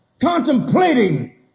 contemplating